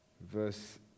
verse